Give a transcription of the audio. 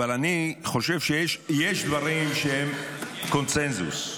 אבל אני חושב שיש דברים שהם קונסנזוס,